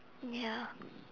ya